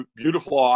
beautiful